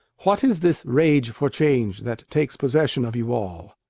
what is this rage for change that takes possession of you all?